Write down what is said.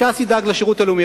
ש"ס ידאג לשירות הלאומי,